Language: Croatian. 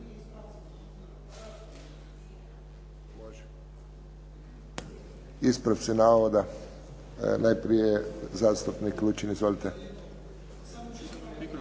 Ispravci navoda. Najprije zastupnik Lučin. Izvolite.